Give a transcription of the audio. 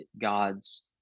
God's